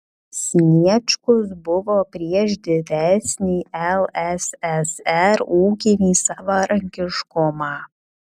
sniečkus buvo prieš didesnį lssr ūkinį savarankiškumą